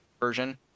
Version